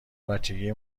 بچگی